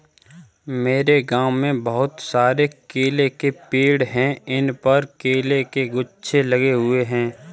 मेरे गांव में बहुत सारे केले के पेड़ हैं इन पर केले के गुच्छे लगे हुए हैं